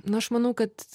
nu aš manau kad